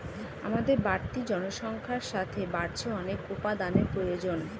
আমাদের বাড়তি জনসংখ্যার সাথে বাড়ছে অনেক উপাদানের প্রয়োজন